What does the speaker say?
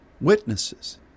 witnesses